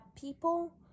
people